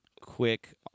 quick